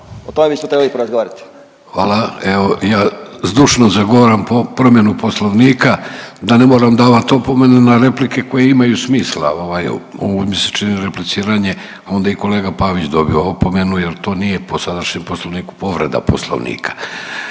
Davorko (Socijaldemokrati)** Hvala. Evo ja zdušno zagovaram promjenu Poslovnika da ne moram davat opomenu na replike koje imaju smisla. Ovo mi se čini repliciranje. Onda i kolega Pavić dobiva opomenu, jer to nije po sadašnjem Poslovniku povreda Poslovnika.